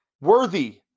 worthy